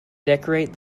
decorate